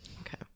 okay